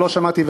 ולא שמעתי,